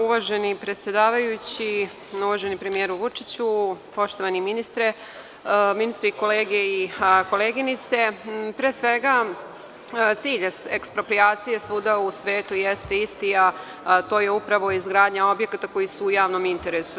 Uvaženi predsedavajući, uvaženi premijeru Vučiću, poštovani ministre, kolege i koleginice, cilj eksproprijacije svuda u svetu jeste isti, a to je upravo izgradnja objekata koji su u javnom interesu.